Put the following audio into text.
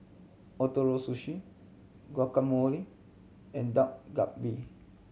Ootoro Sushi Guacamole and Dak Galbi